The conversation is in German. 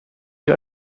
die